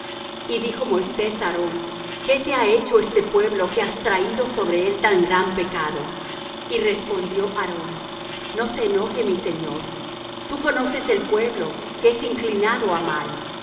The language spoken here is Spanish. y dijo moisés á aarón qué te ha hecho este pueblo que has traído sobre él tan gran pecado y respondió aarón no se enoje mi señor tú conoces el pueblo que es inclinado á mal